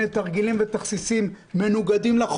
משלים במשפט אחד לגבי תאריך,